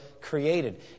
created